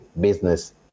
business